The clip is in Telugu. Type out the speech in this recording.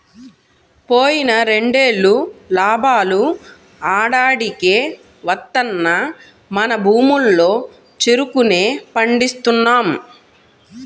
పోయిన రెండేళ్ళు లాభాలు ఆడాడికే వత్తన్నా మన భూముల్లో చెరుకునే పండిస్తున్నాం